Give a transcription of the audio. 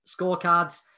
scorecards